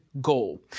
goal